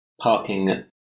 parking